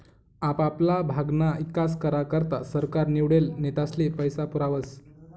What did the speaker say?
आपापला भागना ईकास करा करता सरकार निवडेल नेतास्ले पैसा पुरावस